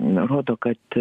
nurodo kad